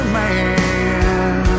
man